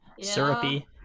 syrupy